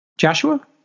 Joshua